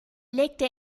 legte